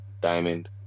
Diamond